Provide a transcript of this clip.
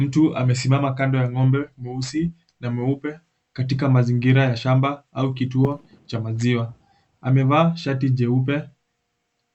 Mtu amesimama kando ya ng'ombe mweusi na mweupe katika mazingira ya shamba au kituo cha maziwa amevaa shati jeupe